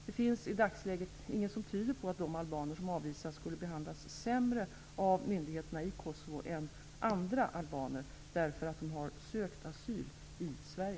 Det finns i dagsläget inget som tyder på att de albaner som avvisats skulle behandlas sämre av myndigheterna i Kosovo än andra albaner därför att de sökt asyl i Sverige.